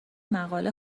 مقاله